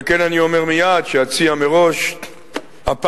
על כן אני אומר מייד שאציע מראש הפעם